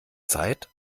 zeit